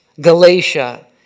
Galatia